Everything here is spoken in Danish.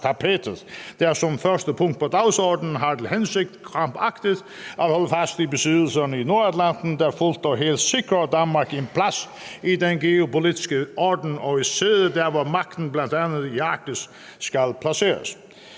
der som første punkt på dagsordenen har til hensigt krampagtigt at holde fast i besiddelserne i Nordatlanten, der fuldt og helt sikrer Danmark en plads i den geopolitiske orden og et sæde der, hvor magten, bl.a. i Arktis, skal placeres.